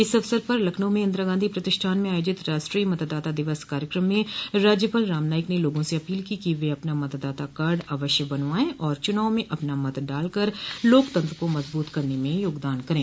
इस अवसर पर लखनऊ में इंदिरा गांधी प्रतिष्ठान में आयोजित राष्ट्रीय मतदाता दिवस कार्यक्रम में राज्यपाल राम नाईक ने लोगों से अपील की कि वे अपना मतदाता कार्ड अवश्य बनवाये आर चुनाव में अपना मत डाल कर लोकतंत्र को मजबूत करने में योगदान करे